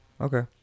Okay